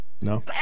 No